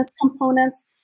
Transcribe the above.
components